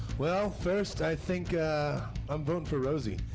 well, first i think i'm voting for rosie.